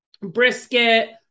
brisket